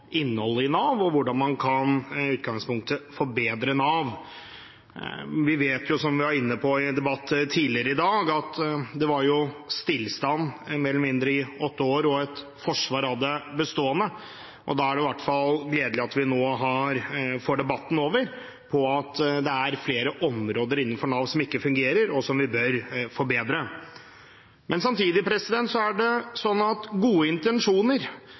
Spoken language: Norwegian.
innholdet i Nav, og hvordan man i utgangspunktet kan forbedre Nav. Vi vet, som vi var inne på i en debatt tidligere i dag, at det var stillstand i mer eller mindre åtte år og et forsvar av det bestående. Da er det i hvert fall gledelig at vi nå får debatten over på at det er flere områder innenfor Nav som ikke fungerer, og som vi bør forbedre. Men samtidig er det sånn at man kan komme langt med gode intensjoner,